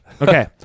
Okay